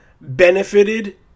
benefited